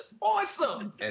Awesome